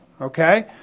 Okay